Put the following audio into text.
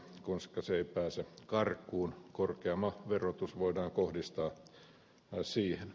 koska se ei pääse karkuun korkeampi verotus voidaan kohdistaa siihen